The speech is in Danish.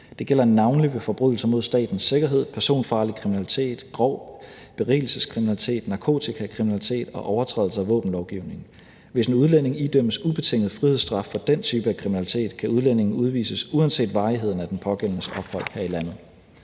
Det gælder navnlig ved forbrydelser mod statens sikkerhed, personfarlig kriminalitet, grov berigelseskriminalitet, narkotikakriminalitet og overtrædelser af våbenlovgivningen. Hvis en udlænding idømmes ubetinget frihedsstraf for den type af kriminalitet, kan udlændingen udvises uanset varigheden af den pågældendes ophold her i landet.